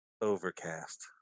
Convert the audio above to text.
Overcast